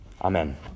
Amen